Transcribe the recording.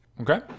Okay